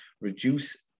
reduce